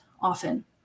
often